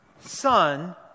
son